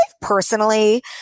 personally